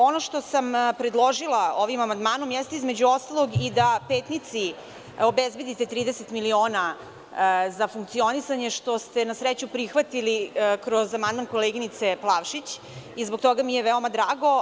Ono što sam predložila ovim amandmanom jeste između ostalog i da Petnici obezbedite 30 miliona za funkcionisanje zato što ste na sreću prihvatili kroz amandman koleginice Plavšić i zbog toga mi je veoma drago.